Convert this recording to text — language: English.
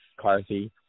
Carthy